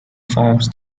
forms